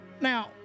Now